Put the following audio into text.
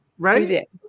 Right